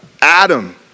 Adam